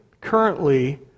currently